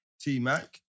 T-Mac